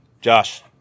Josh